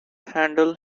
handle